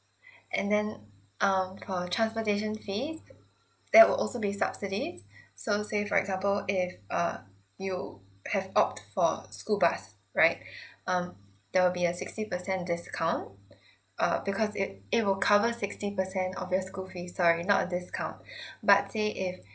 and then um for transportation fees there will also be subsidies so say for example if uh you have opt for school bus right um there will be a sixty percent discount uh because it it will cover sixty percent of your school fees sorry not a discount but say if